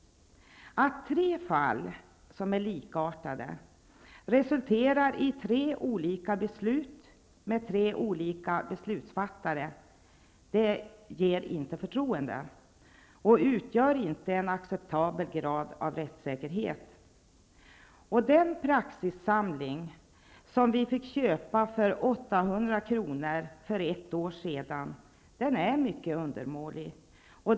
Att tre fall som är likartade resulterar i tre olika beslut med tre olika beslutsfattare inger inte förtroende och utgör inte en acceptabel grad av rättssäkerhet. Den praxissamling som vi fick köpa för 800 kr. för ett år sedan är mycket undermålig.